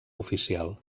oficial